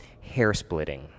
hair-splitting